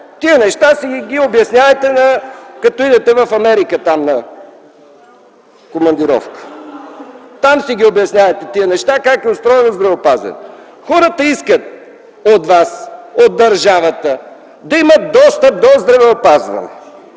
тези неща си ги обяснявайте като си отидете в Америка на командировка! Там си ги обяснявайте тези неща за това как е устроено здравеопазването. Хората искат от Вас, от държавата, да имат достъп до здравеопазване